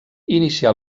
inicià